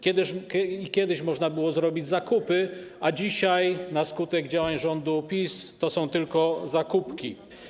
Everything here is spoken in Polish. Kiedyś można było zrobić zakupy, a dzisiaj na skutek działań rządu PiS to są tylko zakupki.